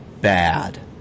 bad